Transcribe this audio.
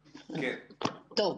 טוב.